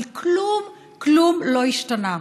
אבל כלום כלום לא השתנה.